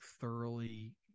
thoroughly